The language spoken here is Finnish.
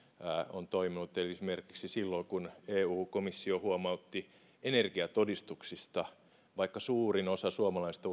on toiminut esimerkiksi silloin kun eu komissio huomautti energiatodistuksista vaikka suurin osa suomalaisista